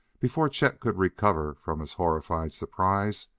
before chet could recover from his horrified surprise,